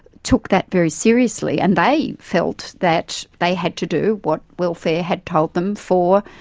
took that very seriously, and they felt that they had to do what welfare had told them for.